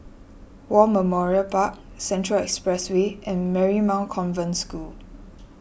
War Memorial Park Central Expressway and Marymount Convent School